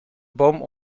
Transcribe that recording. boom